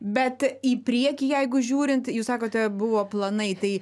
bet į priekį jeigu žiūrint jūs sakote buvo planai tai